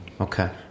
Okay